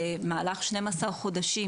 במהלך 12 חודשים?